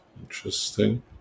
Interesting